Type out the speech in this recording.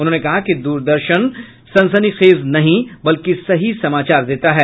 उन्होंने कहा कि द्रदर्शन सनसनीखेज नहीं बल्कि सही समाचार देता है